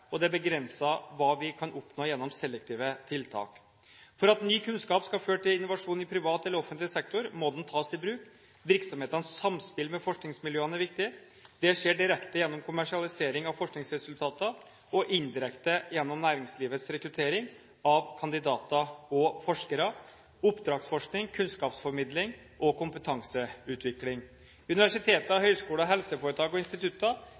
og at det er begrenset hva vi kan oppnå gjennom selektive tiltak. For at ny kunnskap skal føre til innovasjon i privat eller offentlig sektor, må den tas i bruk. Virksomheters samspill med forskningsmiljøer er viktig. Dette skjer direkte gjennom kommersialisering av forskningsresultater og indirekte gjennom næringslivets rekruttering av kandidater og forskere, oppdragsforskning, kunnskapsformidling og kompetanseutvikling. Universiteter, høyskoler, helseforetak og institutter